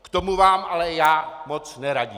K tomu vám ale já moc neradím.